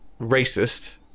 racist